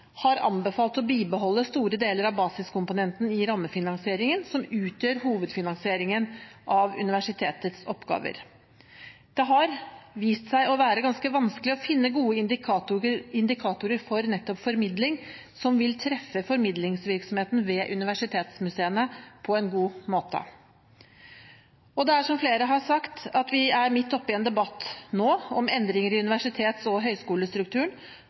har anbefalt å bibeholde store deler av basiskomponentene i rammefinanseringen som utgjør hovedfinansieringen av universitetets oppgaver. Det har vist seg å være ganske vanskelig å finne gode indikatorer for nettopp formidling, som vil treffe formidlingsvirksomheten ved universitetsmuseene på en god måte. Som flere har sagt, er vi midt oppe i en debatt nå om endringer i universitets- og høyskolestrukturen.